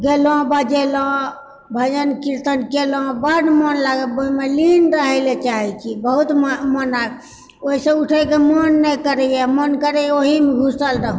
गेलहुँ बजेलहुँ भजन कीर्तन केलहुँ बड्ड मोन लागऽ ओहिमऽ लीन रहयलऽ चाहैत छी बहुतमऽ मोन ओहिसँ उठयकऽ मोन नइ करयए मोन करयए ओहिमऽ घुसल रहू